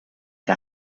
que